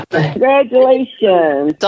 Congratulations